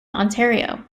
ontario